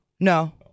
No